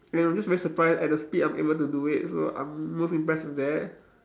and I'm just very surprised at the speed I'm able to do it so I'm most impressed with that